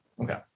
Okay